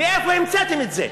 מאיפה המצאתם את זה?